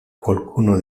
qualcuno